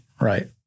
right